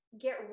get